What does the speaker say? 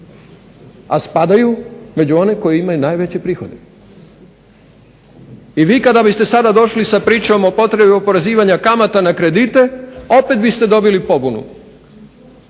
a spadaju među one koji imaju najveće prihode. I sada kada biste došli sa pričom o potrebi oporezivanja kamata na kredite opet biste dobili pobunu.